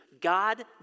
God